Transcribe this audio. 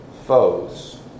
foes